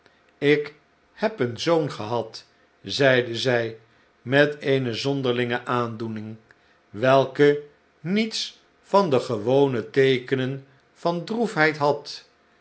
ik heb een zoon gehad zeide zij met eene zonderlinge aandoening welke niets van de gewone teekenen van droefheid had